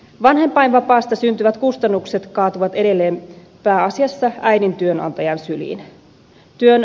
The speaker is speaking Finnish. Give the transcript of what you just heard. vanhempainvapaasta syntyvät kustannukset kaatuvat edelleen pääasiassa äidin työnantajan syliin